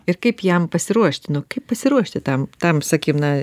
ir kaip jam pasiruošti nu kaip pasiruošti tam tam sakykim na